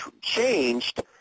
changed